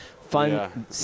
Fun